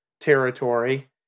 territory